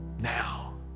now